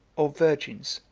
or virgins,